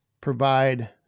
provide